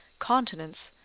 continence,